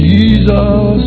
Jesus